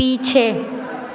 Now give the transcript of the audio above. पीछे